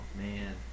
man